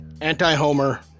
anti-homer